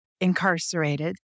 incarcerated